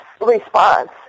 response